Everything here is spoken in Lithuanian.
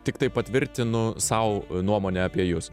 tiktai patvirtinu sau nuomonę apie jus